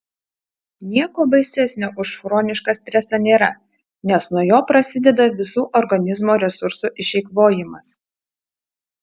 nieko baisesnio už chronišką stresą nėra nes nuo jo prasideda visų organizmo resursų išeikvojimas